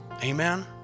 Amen